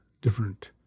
different